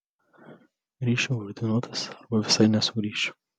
grįšiu ordinuotas arba visai nesugrįšiu